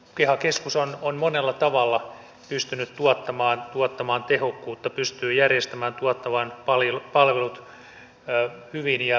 keha keskus on monella tavalla pystynyt tuottamaan tehokkuutta pystyy järjestämään tuottamaan palvelut hyvin ja tehokkaasti